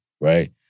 right